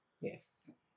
Yes